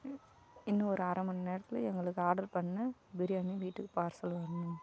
இன்னும் ஒரு அரை மணி நேரத்தில் எங்களுக்கு ஆர்டர் பண்ண பிரியாணி வீட்டுக்கு பார்சல் வரணும்